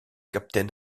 captain